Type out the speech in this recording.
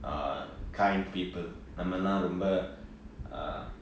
uh kind people நம்மெல்லா ரொம்ப:nammellaa romba uh